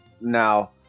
now